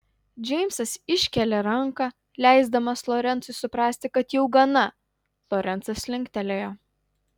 džeimsas iškėlė ranką leisdamas lorencui suprasti kad jau gana lorencas linktelėjo